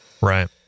Right